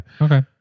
Okay